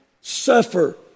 suffer